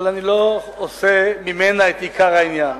אבל אני לא עושה ממנה את עיקר העניין.